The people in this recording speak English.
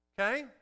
Okay